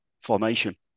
formation